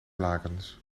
lakens